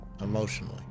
emotionally